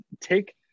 take